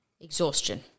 Exhaustion